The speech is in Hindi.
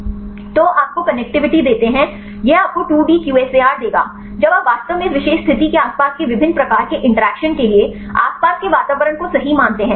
तो आप आपको कनेक्टिविटी देते हैं यह आपको 2 डी QSAR देगा जब आप वास्तव में इस विशेष स्थिति के आसपास के विभिन्न प्रकार के इंटरैक्शन के लिए आसपास के वातावरण को सही मानते हैं